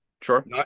Sure